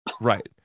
Right